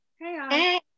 hey